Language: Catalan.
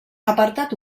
apartat